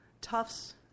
Tufts